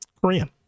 Korean